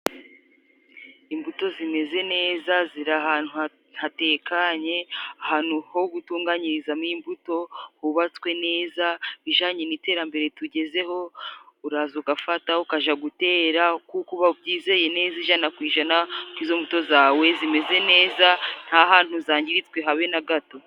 Imbuto zimeze neza ziri ahantu hatekanye. Ahantu ho gutunganyirizamo imbuto, hubatswe neza bijyanye n'iterambere tugezeho. Uraza ugafata ukajya gutera ubyizeye neza ijana ku ijana ko izo mbuto zawe zimeze neza, nta hantu zangiritse habe na gato.